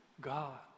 God